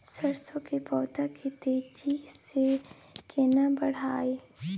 सरसो के पौधा के तेजी से केना बढईये?